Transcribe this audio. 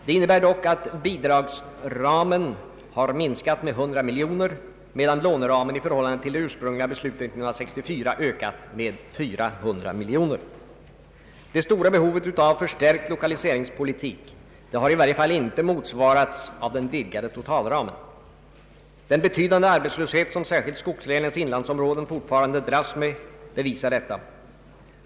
Det innebär att bidragsramen har minskat med 100 miljoner kronor, medan låneramen i förhållande till det ursprungliga beslutet 1964 ökat med 400 miljoner kronor. Det stora behovet av förstärkt lokaliseringspolitik har i varje fall inte motsvarats av den vidgade totalramen. Den betydande arbetslöshet som «särskilt skogslänens inlandsområden fortfarande dras med bevisar detta.